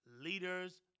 Leaders